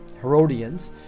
Herodians